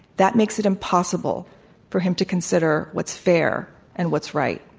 that makes it impossible for him to consider what's fair and what's right.